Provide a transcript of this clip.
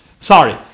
sorry